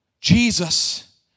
Jesus